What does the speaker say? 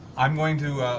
i'm going to